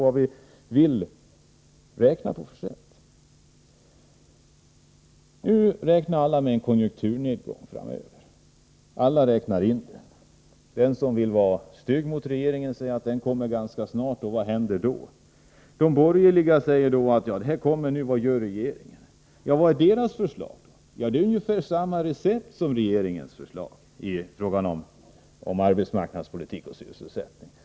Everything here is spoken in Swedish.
Alla kalkylerar med en konjunkturnedgång framöver. Den som vill vara stygg mot regeringen säger att nedgången kommer ganska snabbt, och vad händer då? De borgerliga frågar: Vad gör regeringen? Ja, men vilka förslag har de borgerliga? Jo, de har ungefär samma recept som regeringen i fråga om arbetsmarknadspolitik och sysselsättning.